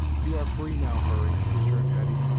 you are free now, hurry, returned hetty,